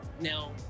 Now